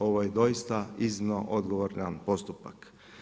Ovo je doista iznimno odgovaran postupak.